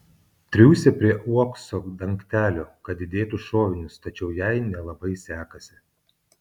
triūsia prie uokso dangtelio kad įdėtų šovinius tačiau jai nelabai sekasi